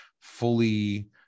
fully